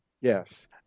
yes